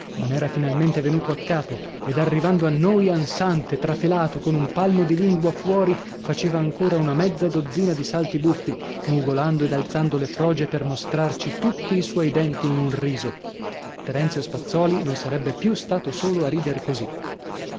ma n'era finalmente venuto a capo ed arrivando a noi ansante trafelato con un palmo di lingua fuori faceva ancora una mezza dozzina di salti buffi mugolando ed alzando le froge per mostrarci tutti i suoi denti in un riso terenzio spazzòli non sarebbe più stato solo a rider così